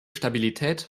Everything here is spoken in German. stabilität